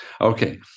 Okay